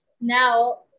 Now